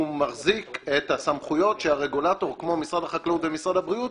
הוא מחזיק את הסמכויות שהרגולטור כמו משרד החקלאות ומשרד הבריאות,